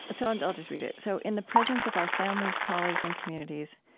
but so and i'll just read it so in the presence of our families, colleagues, and communities,